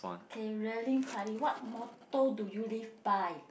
okay really what motto do you live by